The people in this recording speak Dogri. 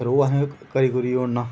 ओह् असें करी ओड़ना